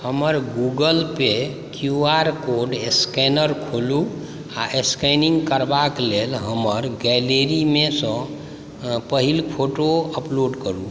हमर Google Pay Q R code scanner खोलू आ स्कैनिंग करबाक लेल हमर गैलेरीमेसँ पहिल फोटो अपलोड करू